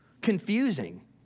confusing